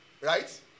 Right